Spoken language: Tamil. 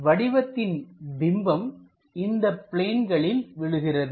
வடிவத்தின் பிம்பம் இந்தப் பிளேன்களின் விழுகிறது